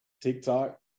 TikTok